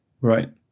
Right